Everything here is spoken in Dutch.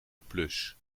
plus